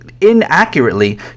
inaccurately